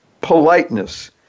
politeness